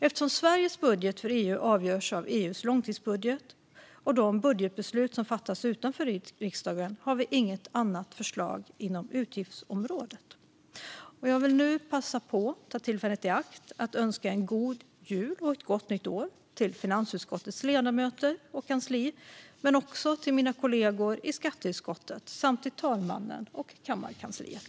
Eftersom Sveriges budget för EU avgörs av EU:s långtidsbudget och de budgetbeslut som fattats utanför riksdagen har vi inget annat förslag inom utgiftsområdet. Jag vill nu ta tillfället i akt och önska en god jul och ett gott nytt år till finansutskottets ledamöter och kansli men också till mina kollegor i skatteutskottet samt till talmannen och kammarkansliet.